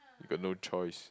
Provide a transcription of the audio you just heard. you got no choice